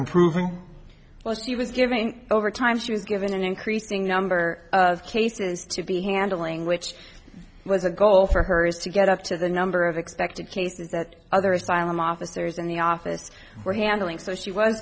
improving well she was giving overtime she was given an increasing number of cases to be handling which was a goal for her is to get up to the number of expected cases that other asylum officers in the office were handling so she was